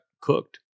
cooked